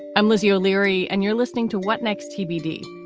i'm lizzie o'leary, and you're listening to what next, tbd,